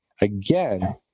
Again